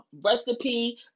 recipe